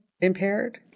impaired